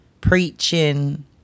preaching